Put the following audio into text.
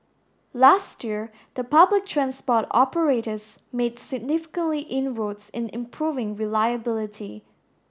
last year the public transport operators made significantly inroads in improving reliability